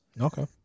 okay